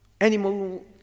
animal